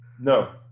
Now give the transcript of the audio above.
No